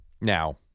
Now